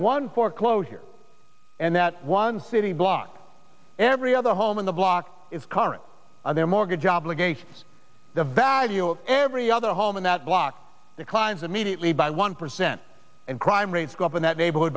one foreclosure and that one city block every other home in the block is current on their mortgage obligations the value of every other home in that block declines immediately by one percent and crime rates go up in that neighborhood